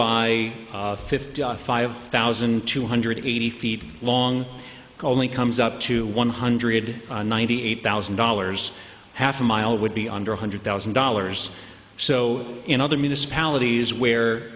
by fifty five thousand two hundred eighty feet long only comes up to one hundred ninety eight thousand dollars half a mile would be under one hundred thousand dollars so in other municipalities where